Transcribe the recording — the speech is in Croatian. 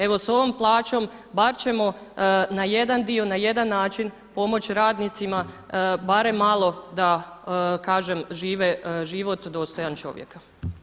Evo, sa ovom plaćom bar ćemo na jedan dio na jedan način pomoći radnicima barem malo da kažem žive život dostojan čovjeka.